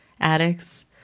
addicts